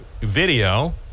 video